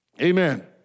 Amen